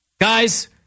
Guys